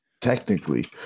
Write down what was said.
technically